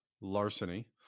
Larceny